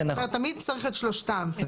זאת אומרת תמיד צריך את שלושתם,